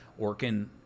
orkin